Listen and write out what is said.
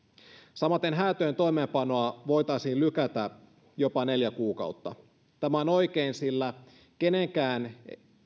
samaten häätöjen toimeenpanoa voitaisiin lykätä jopa neljä kuukautta tämä on oikein sillä kenenkään